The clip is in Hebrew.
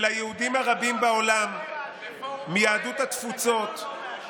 ליהודים הרבים בעולם מיהדות התפוצות, לפורום קהלת.